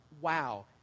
wow